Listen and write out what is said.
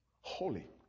holy